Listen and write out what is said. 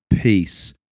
peace